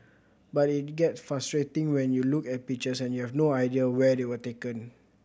but it get frustrating when you look at pictures and you have no idea where they were taken